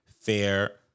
fair